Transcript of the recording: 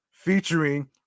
featuring